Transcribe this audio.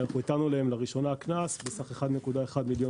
נתנו להם לראשונה קנס על סך 1.1 מיליון